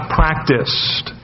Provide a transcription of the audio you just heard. practiced